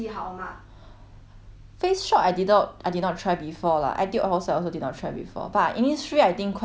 Face Shop I did not I did not try before lah Etude House I also did not try before but Innisfree I think quite okay eh cause they got one